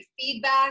feedback